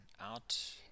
out